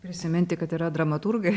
prisiminti kad yra dramaturgai